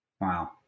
Wow